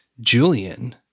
Julian